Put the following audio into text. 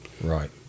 right